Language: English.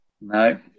No